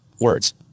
words